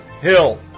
Hill